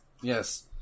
Yes